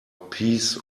peas